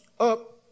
Up